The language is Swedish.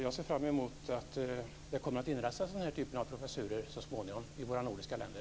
Jag ser fram emot att det så småningom kommer att inrättas den här typen av professurer i våra nordiska länder.